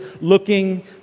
looking